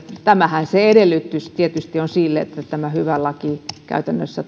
tämähän se edellytys tietysti on sille että tämä hyvä laki käytännössä